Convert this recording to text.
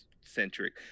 centric